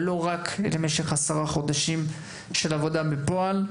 ולא רק למשך עשרה חודשים של עבודה בפועל,